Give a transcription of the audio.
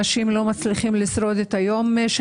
אנשים לא מצליחים לשרוד את היום.